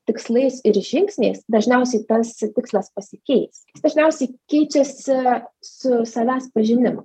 tikslais ir žingsniais dažniausiai tas tikslas pasikeis dažniausiai keičiasi su savęs pažinimu